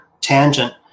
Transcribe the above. tangent